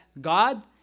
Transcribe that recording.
God